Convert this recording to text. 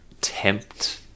tempt